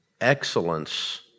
excellence